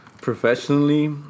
Professionally